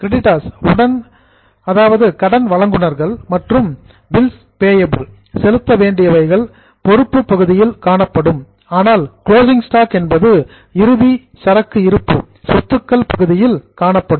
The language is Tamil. கிரெடிட்டார்ஸ் கடன் வழங்குநர்கள் மற்றும் பில்ஸ் பேயபில் செலுத்த வேண்டியவை லியாபிலிடி பொறுப்பு பகுதியில் காணப்படும் ஆனால் கிளோசிங் ஸ்டாக் இறுதி சரக்கு இருப்பு சொத்துக்கள் பகுதியில் காணப்படும்